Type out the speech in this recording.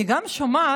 אני גם שומעת,